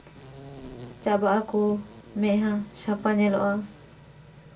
ᱪᱟᱵᱟᱜ ᱟᱠᱚ ᱢᱮᱫᱦᱟ ᱥᱟᱯᱷᱟ ᱧᱮᱞᱚᱜᱼᱟ